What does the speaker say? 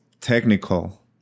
technical